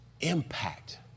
impact